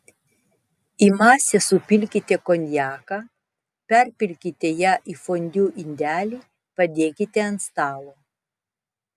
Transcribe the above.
į masę supilkite konjaką perpilkite ją į fondiu indelį padėkite ant stalo